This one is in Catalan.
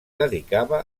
dedicava